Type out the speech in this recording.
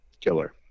killer